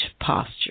posture